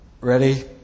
Ready